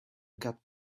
got